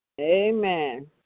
Amen